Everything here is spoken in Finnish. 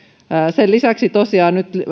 sen lisäksi tosiaan nyt